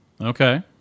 Okay